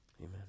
Amen